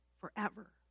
forever